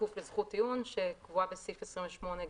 כפוף לזכות טיעון שקבועה בסעיף 28ג(ב).